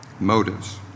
motives